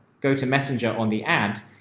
go to messenger on the ad,